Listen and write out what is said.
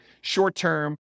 short-term